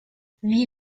wie